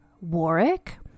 Warwick